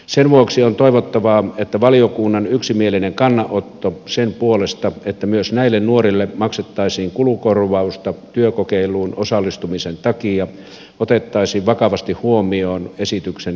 sen vuoksi on toivottavaa että valiokunnan yksimielinen kannanotto sen puolesta että myös näille nuorille maksettaisiin kulukorvausta työkokeiluun osallistumisen takia otettaisiin vakavasti huomioon esityksen jatkokäsittelyssä